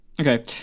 okay